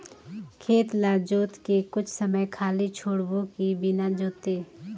खेत ल जोत के कुछ समय खाली छोड़बो कि बिना जोते?